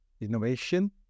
innovation